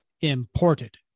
imported